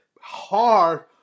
hard